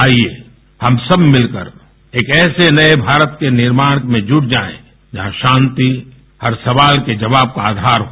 आइए हम सब मिलकर एक ऐसे नए भारत के निर्माण में जुट जाए जहां शांति हर सवाल के जवाब आधार हो